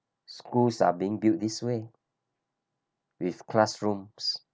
schools are being built this way with classrooms